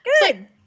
good